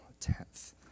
tenth